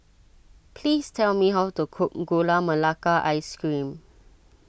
please tell me how to cook Gula Melaka Ice C ream